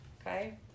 Okay